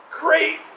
great